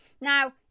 Now